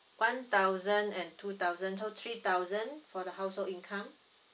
one thousand and two thousand so three thousand for the household income